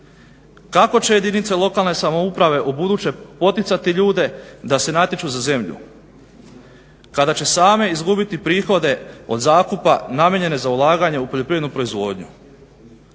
Kako će jedinice lokalne samouprave ubuduće poticati ljude da se natječu za zemlju kada će same izgubiti prihode od zakupa namijenjene za ulaganje u poljoprivrednu proizvodnju?